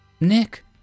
Nick